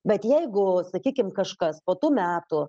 bet jeigu sakykim kažkas po tų metų